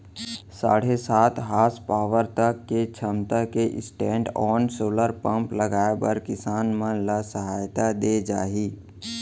साढ़े सात हासपावर तक के छमता के स्टैंडओन सोलर पंप लगाए बर किसान मन ल सहायता दे जाही